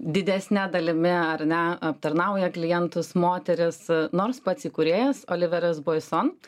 didesne dalimi ar ne aptarnauja klientus moteris nors pats įkūrėjas oliveris buoisont